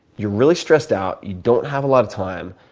you're really stressed out. you don't have a lot of time.